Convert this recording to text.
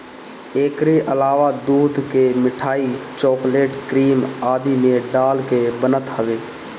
एकरी अलावा दूध के मिठाई, चोकलेट, क्रीम आदि में डाल के बनत हवे